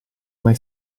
mai